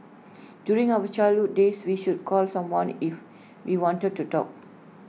during our childhood days we would call someone if we wanted to talk